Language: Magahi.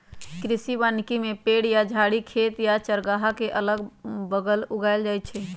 कृषि वानिकी में पेड़ या झाड़ी खेत या चारागाह के अगल बगल उगाएल जाई छई